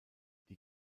die